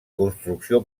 construcció